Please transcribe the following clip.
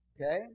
okay